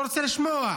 לא רוצה לשמוע.